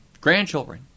grandchildren